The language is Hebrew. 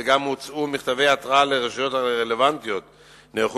משום שהרשויות המקומיות אינן מעבירות את